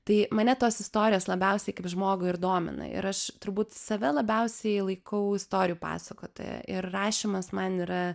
tai mane tos istorijos labiausiai kaip žmogų ir domina ir aš turbūt save labiausiai laikau istorijų pasakotoja ir rašymas man yra